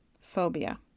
phobia